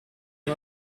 est